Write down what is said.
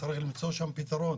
כי צריך למצוא שם פתרון.